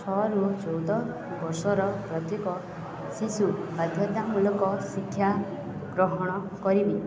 ଛଅରୁ ଚଉଦ ବର୍ଷର ଅଧିକ ଶିଶୁ ବାଧ୍ୟତାମୂଲକ ଶିକ୍ଷା ଗ୍ରହଣ କରିବେ